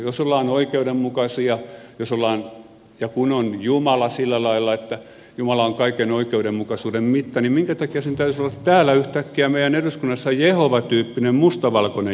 jos ollaan oikeudenmukaisia ja kun on jumala sillä lailla että jumala on kaiken oikeudenmukaisuuden mitta niin minkä takia sen täytyisi olla täällä meidän eduskunnassa yhtäkkiä jehova tyyppinen mustavalkoinen jumala vanhatestamentillinen